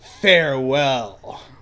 Farewell